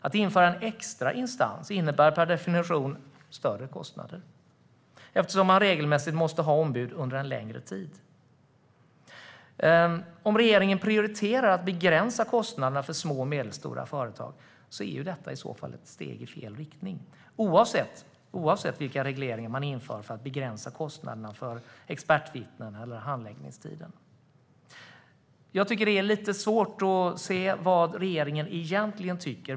Att införa en extra instans innebär per definition större kostnader eftersom man regelmässigt måste ha ombud under en längre tid. Om regeringen prioriterar att begränsa kostnaderna för små och medelstora företag är detta ett steg i fel riktning, oavsett vilka regleringar man inför för att begränsa kostnaderna för expertvittnen eller för handläggningstid. Det är lite svårt att se vad regeringen egentligen tycker.